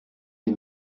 mes